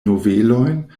novelojn